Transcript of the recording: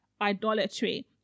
idolatry